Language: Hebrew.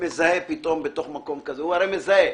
מזהה פתאום בתוך מקום כזה הוא הרי מזהה.